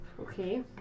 Okay